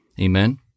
Amen